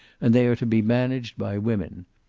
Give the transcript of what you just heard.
and they are to be managed by women.